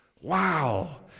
Wow